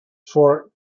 for